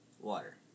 water